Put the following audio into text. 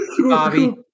Bobby